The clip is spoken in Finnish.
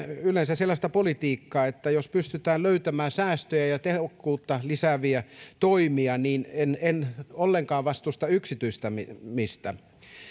yleensä sellaista politiikkaa että jos pystytään löytämään säästöjä ja ja tehokkuutta lisääviä toimia niin en en ollenkaan vastusta yksityistämistä